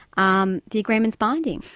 um the agreement's binding.